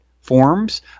forms